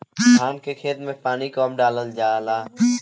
धान के खेत मे पानी कब डालल जा ला?